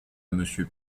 monsieur